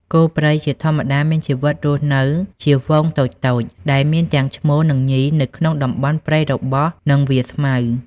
គោព្រៃជាធម្មតាមានជីវិតរស់នៅជាហ្វូងតូចៗដែលមានទាំងឈ្មោលនិងញីនៅក្នុងតំបន់ព្រៃរបោះ និងវាលស្មៅ។